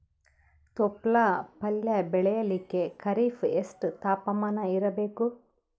ತೊಪ್ಲ ಪಲ್ಯ ಬೆಳೆಯಲಿಕ ಖರೀಫ್ ಎಷ್ಟ ತಾಪಮಾನ ಇರಬೇಕು?